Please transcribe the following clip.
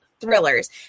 thrillers